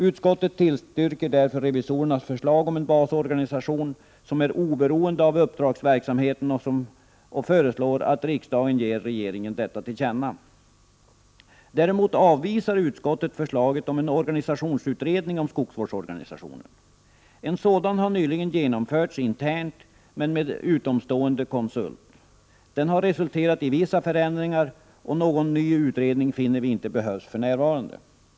Utskottet tillstyrker därför revisorernas förslag om en basorganisation som är oberoende av uppdragsverksamheten och föreslår att riksdagen ger regeringen detta till känna. Däremot avvisar utskottet förslaget om en organisationsutredning om skogsvårdsorganisationen. En sådan har nyligen genomförts internt men med utomstående konsult. Den har resulterat i vissa förändringar, och någon ny utredning finner vi inte behövs för närvarande.